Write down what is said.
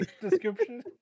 description